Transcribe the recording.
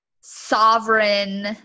sovereign